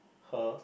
her